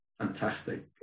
fantastic